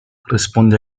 responde